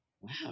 wow